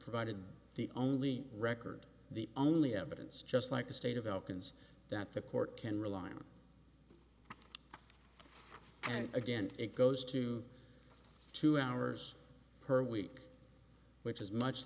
provided the only record the only evidence just like the state of elkins that the court can rely on and again it goes to two hours per week which is much